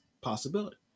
possibility